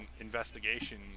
investigation